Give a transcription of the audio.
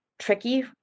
Tricky